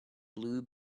blue